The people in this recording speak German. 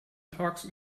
tags